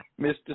Mr